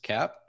Cap